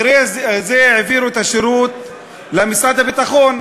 אחרי זה העבירו את השירות למשרד הביטחון,